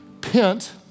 pent